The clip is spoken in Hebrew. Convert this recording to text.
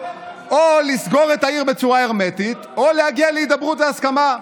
או לסגור את העיר בצורה הרמטית או להגיע להידברות והסכמה.